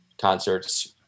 concerts